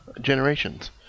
Generations